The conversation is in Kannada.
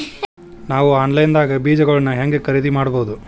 ನಾವು ಆನ್ಲೈನ್ ದಾಗ ಬೇಜಗೊಳ್ನ ಹ್ಯಾಂಗ್ ಖರೇದಿ ಮಾಡಬಹುದು?